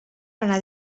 anar